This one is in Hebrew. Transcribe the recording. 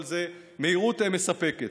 אבל זו מהירות מספקת.